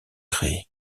créé